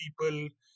people